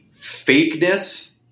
fakeness